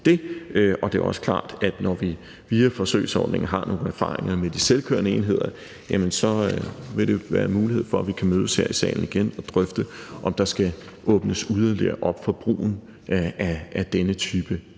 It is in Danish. det er også klart, at der, når vi via forsøgsordningen har nogle erfaringer med de selvkørende enheder, vil være mulighed for, at vi kan mødes her i salen igen og drøfte, om der skal åbnes yderligere op for brugen af denne type